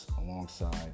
alongside